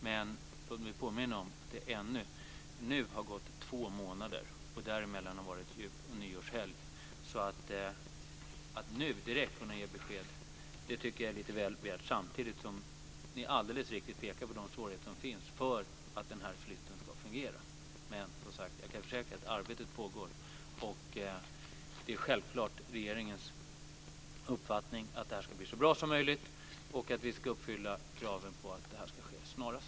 Men låt mig påminna om att det har gått två månader. Under den tiden har det varit jul och nyårshelg. Att vi ska kunna ge besked nu tycker jag är lite väl mycket att begära. Samtidigt är det ni säger om de svårigheter som är förknippade med flytten alldeles riktigt. Jag kan försäkra er att arbetet pågår. Det är självklart regeringens uppfattning att det ska bli så bra som möjligt, och vi ska uppfylla kraven på att flytten ska ske snarast.